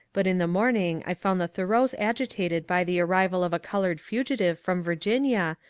but in the morning i found the thoreaus agitated by the arrival of a coloured fugitive from virginia,